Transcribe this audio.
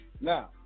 Now